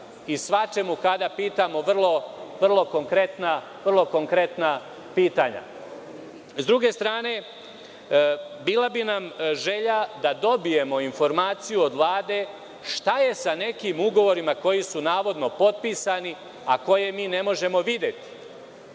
i svačemu kada pitamo vrlo konkretna pitanja.S druge strane, bila bi nam želja da dobijemo informaciju od Vlade šta je sa nekim ugovorima koji su navodno potpisani, a koje mi ne možemo videti?